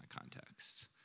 context